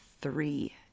three